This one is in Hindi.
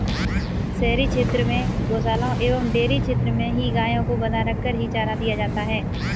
शहरी क्षेत्र में गोशालाओं एवं डेयरी क्षेत्र में ही गायों को बँधा रखकर ही चारा दिया जाता है